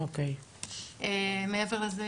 מעבר לזה,